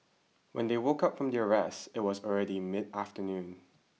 when they woke up from their rest it was already mid afternoon